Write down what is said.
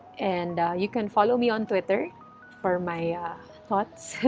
and you can follow me on twitter for my ah thoughts,